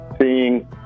seeing